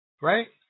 right